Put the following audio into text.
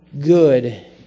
good